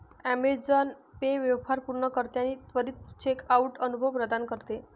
Amazon Pay व्यवहार पूर्ण करते आणि त्वरित चेकआउट अनुभव प्रदान करते